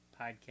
podcast